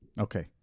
Okay